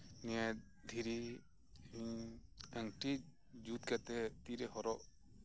ᱱᱤᱭᱟᱹ ᱫᱷᱤᱨᱤ ᱤᱧ ᱟᱹᱝᱴᱤ ᱡᱩᱛᱠᱟᱛᱮᱜ ᱛᱤᱨᱮ ᱦᱚᱨᱚᱜ